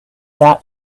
that